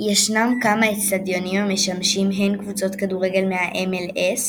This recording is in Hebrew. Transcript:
ישנם כמה אצדיונים המשמשים הן קבוצות כדורגל מה-MLS